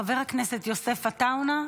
חבר הכנסת יוסף עטאונה,